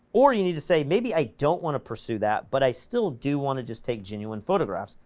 or you need to say, maybe i don't want to pursue that, but i still do want to just take genuine photographs,